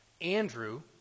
Andrew